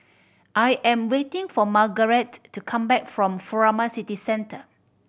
I am waiting for Margarete to come back from Furama City Centre